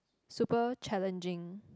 super challenging